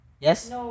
Yes